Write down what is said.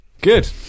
good